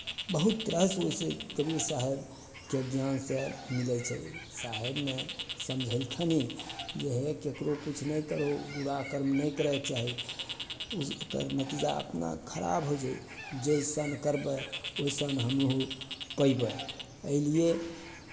बहुत तरहके जे छै कबीर साहेबके ज्ञानसँ मिलै छै साहेबमे समझेलखिन जे हे ककरो किछु नहि करहो बुरा कर्म नहि करयके चाही ओकर नतीजा अपना खराब होइ छै जैसन करबै ओहिसन हमहूँ पयबै एहिलिए